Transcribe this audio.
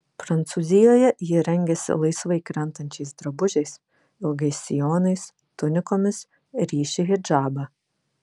prancūzijoje ji rengiasi laisvai krentančiais drabužiais ilgais sijonais tunikomis ryši hidžabą